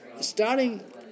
starting